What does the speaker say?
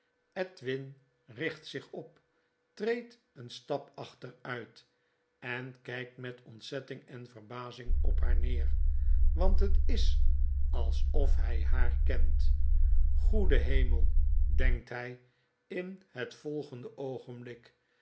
edwin richt zich op treedt een stap achteruit en kijkt met ontzetting en verbazing op haar neer want het is alsof hy haar kent goede hemel denkt hy in het volgende oogenblik